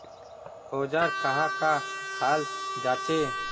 औजार कहाँ का हाल जांचें?